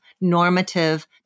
normative